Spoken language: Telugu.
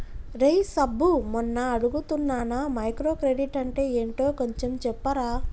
రేయ్ సబ్బు మొన్న అడుగుతున్నానా మైక్రో క్రెడిట్ అంటే ఏంటో కొంచెం చెప్పరా